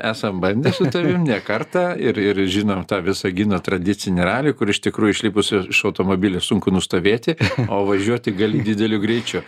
esam bandę su tavim ne kartą ir ir žinom tą visagino tradicinį ralį kur iš tikrųjų išlipus iš automobilio sunku nustovėti o važiuoti gali dideliu greičiu